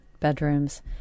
bedrooms